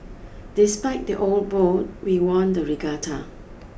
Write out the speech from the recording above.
despite the old boat we won the regatta